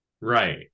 right